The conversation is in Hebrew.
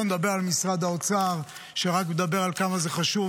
שלא נדבר על משרד האוצר שרק מדבר על כמה זה חשוב